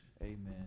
Amen